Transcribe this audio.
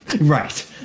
Right